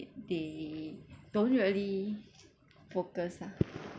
they don't really focus ah